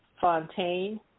Fontaine